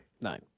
Nine